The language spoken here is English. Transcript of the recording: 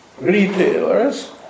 retailers